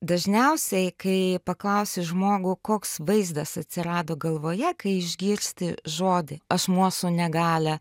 dažniausiai kai paklausi žmogų koks vaizdas atsirado galvoje kai išgirsti žodį asmuo su negalia